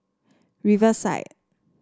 Riverside